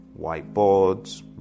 whiteboards